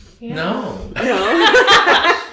no